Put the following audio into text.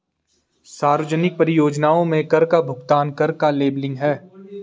सार्वजनिक परियोजनाओं में कर का भुगतान कर का लेबलिंग है